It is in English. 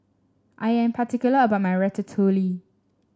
I am particular about my Ratatouille